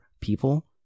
people